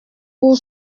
pour